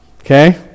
Okay